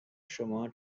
شما